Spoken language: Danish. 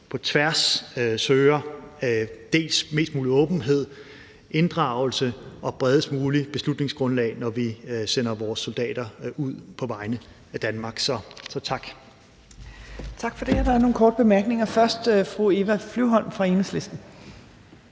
på tværs søger mest mulig åbenhed og inddragelse og det bredest mulige beslutningsgrundlag, når vi sender vores soldater ud på vegne af Danmark – så tak. Kl. 13:31 Tredje næstformand (Trine Torp): Tak for det. Der er nogle korte bemærkninger. Først er det fru Eva Flyvholm fra Enhedslisten.